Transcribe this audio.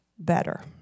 Better